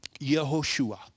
Yehoshua